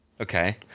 Okay